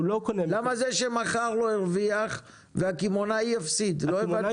למה זה שמכר לו הרוויח והקמעונאי הפסיד לא הבנתי?